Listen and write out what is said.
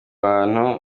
bantu